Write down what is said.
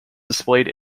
displayed